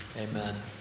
Amen